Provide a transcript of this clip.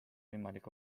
võimalik